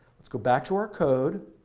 let's go back to our code.